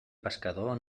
pescador